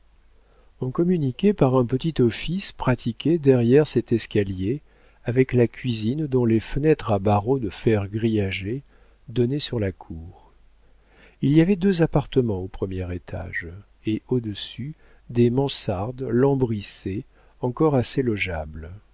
on communiquait par une petite office pratiquée derrière cet escalier avec la cuisine dont les fenêtres à barreaux de fer grillagés donnaient sur la cour il y avait deux appartements au premier étage et au-dessus des mansardes lambrissées encore assez logeables